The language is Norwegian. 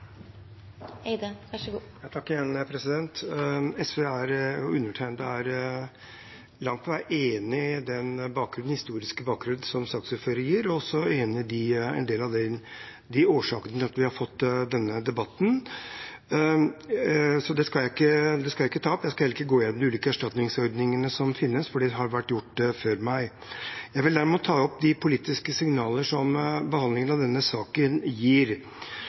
langt på vei enig i den historiske bakgrunnen som saksordføreren ga, og er enig i deler av beskrivelsen av årsakene til at vi har fått denne debatten. Så det skal jeg ikke ta opp. Jeg skal heller ikke gå gjennom de ulike erstatningsordningene som finnes, for det har blitt gjort før meg. Jeg vil derimot ta opp de politiske signalene som behandlingen av denne saken gir.